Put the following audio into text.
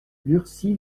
lurcy